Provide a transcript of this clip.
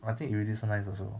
I take already so nice also